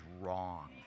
wrong